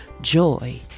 joy